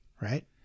Right